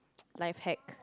life hack